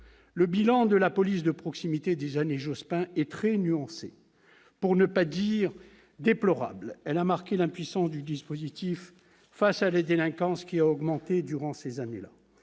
Le bilan de la police de proximité des années Jospin est très nuancé, pour ne pas dire déplorable. Il a souligné l'impuissance du dispositif face à la délinquance, qui a augmenté durant ces années-là.